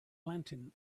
lantern